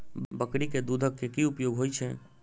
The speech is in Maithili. बकरी केँ दुध केँ की उपयोग होइ छै?